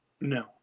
no